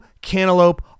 cantaloupe